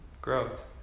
Growth